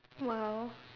!wow!